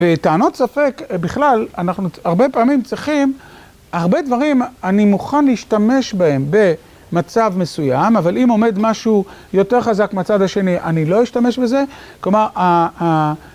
וטענות ספק, בכלל, אנחנו הרבה פעמים צריכים, הרבה דברים אני מוכן להשתמש בהם במצב מסוים, אבל אם עומד משהו יותר חזק מהצד השני, אני לא אשתמש בזה, כלומר,